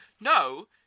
no